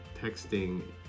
texting